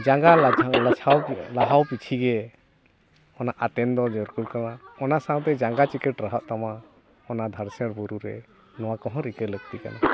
ᱡᱟᱸᱜᱟ ᱞᱟᱪᱷᱟᱣ ᱞᱟᱪᱷᱟᱣ ᱞᱟᱦᱟᱣ ᱯᱤᱪᱷᱤ ᱜᱮ ᱚᱱᱟ ᱟᱛᱮᱱ ᱫᱚ ᱡᱟᱹᱨᱩᱲ ᱠᱟᱱᱟ ᱚᱱᱟ ᱥᱟᱶᱛᱮ ᱡᱟᱸᱜᱟ ᱪᱤᱠᱟᱹ ᱴᱟᱨᱦᱟᱜ ᱛᱟᱢᱟ ᱚᱱᱟ ᱫᱷᱟᱨᱥᱮᱲ ᱵᱩᱨᱩ ᱨᱮ ᱱᱚᱣᱟ ᱠᱚᱦᱚᱸ ᱨᱤᱠᱟᱹ ᱞᱟᱹᱠᱛᱤ ᱠᱟᱱᱟ